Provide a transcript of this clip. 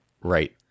right